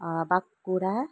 Bankura